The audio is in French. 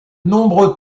nombreux